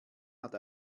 hat